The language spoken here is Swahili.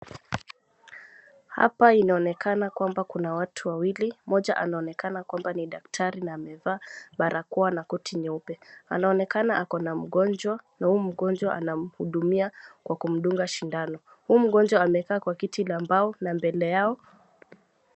Hapa inaonekana kwamba kuna watu wawili, mmoja anaonekana kwamba ni daktari na amevaa barakoa na koti nyeupe. Anaonekana ako na mgonjwa, na huyu mgonjwa anamhudumia kwa kumdunga shindano. Huyu mgonjwa amekaa kwa kiti la mbao na mbele yao.